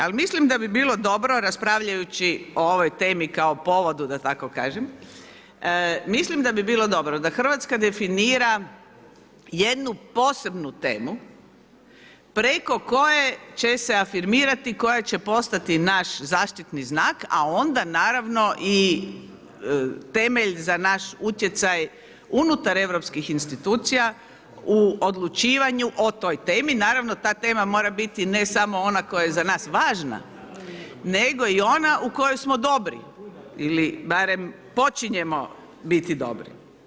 Ali mislim da bi bilo dobro raspravljajući o ovoj temi kao povodu, da tako kažem, mislim da bi bilo dobro da Hrvatska definira jednu posebnu temu preko koje će se afirmirati, koja će postati naš zaštitni znak, a onda naravno i temelj za naš utjecaj unutar europskih institucija u odlučivanju o toj temi, naravno ta tema mora biti ne samo ona koja je za nas važna, nego i ona u kojoj smo dobri ili barem počinjemo biti dobri.